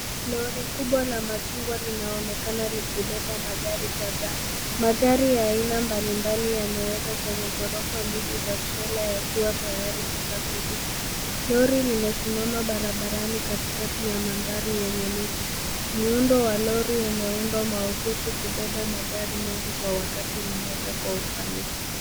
Lori kubwa la machungwa linaonekana likibeba magari kadhaa. Magari ya aina mbalimbali yamewekwa kwenye ghorofa mbili za trela yakiwa tayari kusafirisha. Lori limesimama barabarani katikati ya mandhari yenye miti. Muundo wa lori umeundwa mahsusi kubeba magari mengi kwa wakati mmoja kwa ufanisi.